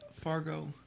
Fargo